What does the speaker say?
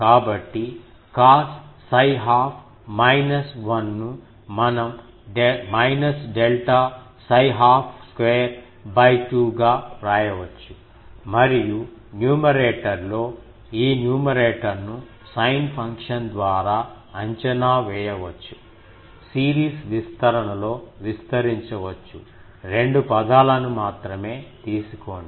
కాబట్టి cos 𝜓 ½ minus 1 ను మనం మైనస్ డెల్టా 𝜓 ½ 2 2 గా వ్రాయవచ్చు మరియు న్యూమరేటర్లో ఈ న్యూమరేటర్ ను సైన్ ఫంక్షన్ ద్వారా అంచనా వేయవచ్చు సిరీస్ విస్తరణలో విస్తరించవచ్చు రెండు పదాలను మాత్రమే తీసుకోండి